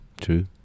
True